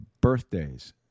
birthdays